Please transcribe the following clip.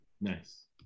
Nice